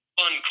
fun